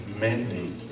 mandate